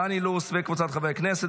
דן אילוז וקבוצת חברי הכנסת,